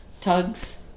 Tugs